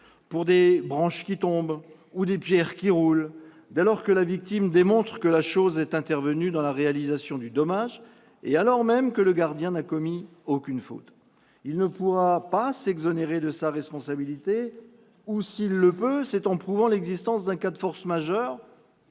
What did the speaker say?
pour des branches qui tombent ou des pierres qui roulent, dès lors que la victime démontre que la chose est intervenue dans la réalisation du dommage, alors même que le gardien n'a commis aucune faute. Il ne pourra pas s'exonérer de sa responsabilité, sauf à prouver l'existence d'un cas de force majeure-